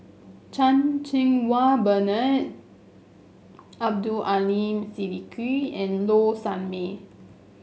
Chan Cheng Wah Bernard Abdul Aleem Siddique and Low Sanmay